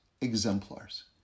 exemplars